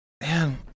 Man